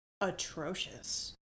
atrocious